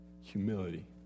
humility